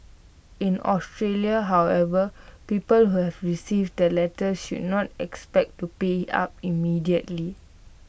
in Australia however people who have received the letters should not expect to pay up immediately